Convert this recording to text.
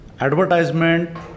advertisement